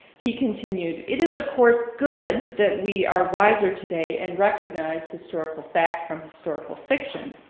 he continued, it is of course good that we are wiser today and recognize historical fact from historical fiction.